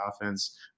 offense